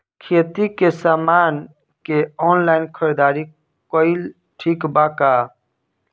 खेती के समान के ऑनलाइन खरीदारी कइल ठीक बा का?